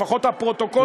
לפחות הפרוטוקול,